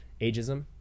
Ageism